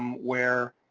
um where